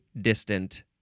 distant